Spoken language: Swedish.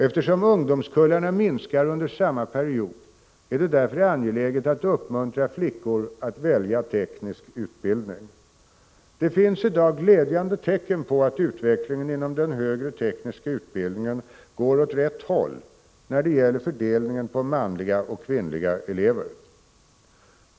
Eftersom ungdomskullarna minskar under samma period är det därför angeläget att uppmuntra flickor att välja teknisk utbildning. Det finns i dag glädjande tecken på att utvecklingen inom den högre tekniska utbildningen går åt rätt håll när det gäller fördelningen på manliga och kvinnliga elever.